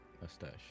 mustache